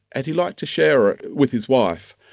and he liked to share it with his wife.